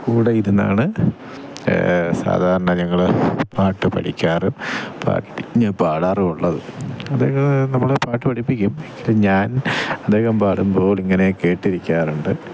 കൂടെ ഇരുന്നാണ് സാധാരണ ഞങ്ങൾ പാട്ടു പഠിക്കാറ് പാട്ട് തന്നെ പാടാറുള്ളത് അദ്ദേഹം നമ്മളെ പാട്ടു പഠിപ്പിക്കും എങ്കിലും ഞാൻ അദ്ദേഹം പാടുമ്പോൾ ഇങ്ങനെ കേട്ടിരിക്കാറുണ്ട്